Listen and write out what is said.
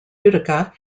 utica